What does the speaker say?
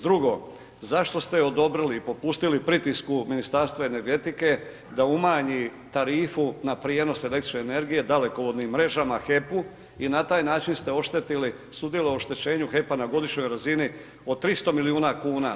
Sdrugo, zašto ste odobrili i popustili pritisku Ministarstvu energetike da umanji tarifu na prijenos električne energije, dalekovodnim mrežama, HEP-u i na taj način ste oštetili, sudjelovali u oštećenju HEP-a na godišnjoj razini od 300 milijuna kuna.